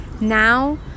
now